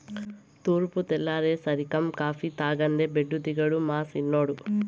తూర్పు తెల్లారేసరికం కాఫీ తాగందే బెడ్డు దిగడు మా సిన్నోడు